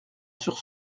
sur